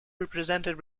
represented